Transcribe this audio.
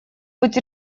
быть